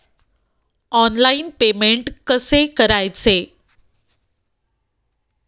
Online payment कसे करायचे?